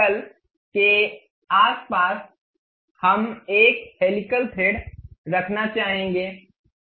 उस सर्कल के आसपास हम एक हेलिकल थ्रेड रखना चाहेंगे